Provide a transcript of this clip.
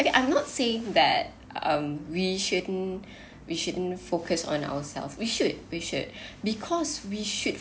okay I'm not saying that um we shouldn't we shouldn't focus on ourselves we should we should because we should